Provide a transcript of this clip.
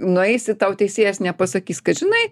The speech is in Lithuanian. nueisi tau teisėjas nepasakys kad žinai